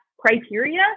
criteria